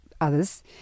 others